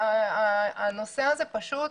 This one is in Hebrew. הנושא הזה פשוט